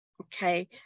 Okay